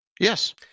Yes